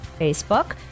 Facebook